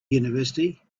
university